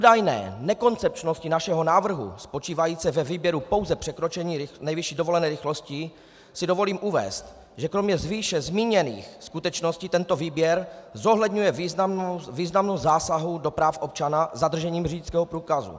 K údajné nekoncepčnosti našeho návrhu spočívající ve výběru pouze překročení nejvyšší dovolené rychlosti si dovolím uvést, že kromě výše zmíněných skutečností tento výběr zohledňuje významnost zásahů do práv občana zadržením řidičského průkazu.